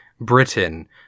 Britain